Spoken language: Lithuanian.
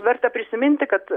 verta prisiminti kad